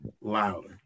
louder